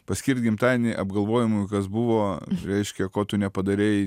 paskirs gimtadienį apgalvojimui kas buvo reiškia ko tu nepadarei